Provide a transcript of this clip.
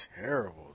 terrible